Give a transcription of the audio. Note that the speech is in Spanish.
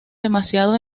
demasiado